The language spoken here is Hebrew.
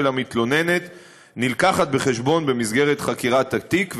המתלוננת נלקחת בחשבון במסגרת חקירת התיק.